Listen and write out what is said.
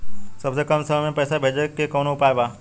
सबसे कम समय मे पैसा भेजे के कौन उपाय बा?